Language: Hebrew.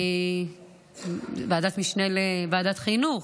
ועדת משנה לוועדת חינוך,